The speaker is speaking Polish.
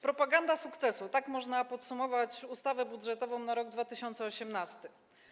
Propaganda sukcesu - tak można podsumować ustawę budżetową na rok 2018.